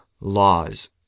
laws